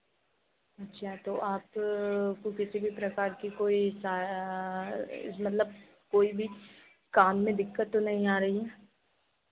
अच्छा तो आप को किसी भी प्रकार की कोई मतलब कोई भी काम में दिक्कत तो नहीं आ रही है